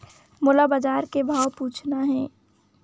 मोला बजार के भाव पूछना हे?